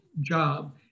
job